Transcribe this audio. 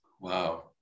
Wow